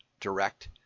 Direct